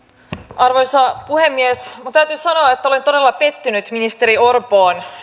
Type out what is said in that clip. arvoisa puhemies minun täytyy sanoa että olen todella pettynyt ministeri orpoon